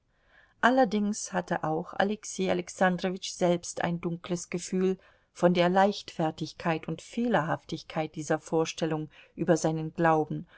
allerdings hatte auch alexei alexandrowitsch selbst ein dunkles gefühl von der leichtfertigkeit und fehlerhaftigkeit dieser vorstellung über seinen glauben